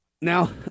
Now